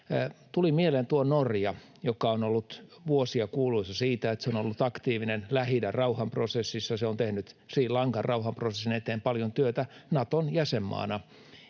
Tuli mieleen Norja, joka on ollut vuosia kuuluisa siitä, että se on ollut aktiivinen Lähi-idän rauhanprosessissa, se on tehnyt Sri Lankan rauhanprosessin eteen paljon työtä — Naton jäsenmaana.